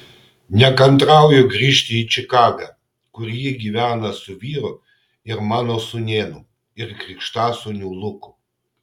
nekantrauju grįžti į čikagą kur ji gyvena su vyru ir mano sūnėnu ir krikštasūniu luku